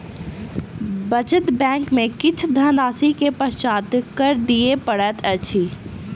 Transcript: बचत बैंक में किछ धनराशि के पश्चात कर दिअ पड़ैत अछि